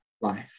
life